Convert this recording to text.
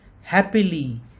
happily